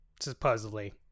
supposedly